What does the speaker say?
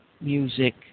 music